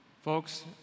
Folks